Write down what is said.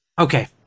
Okay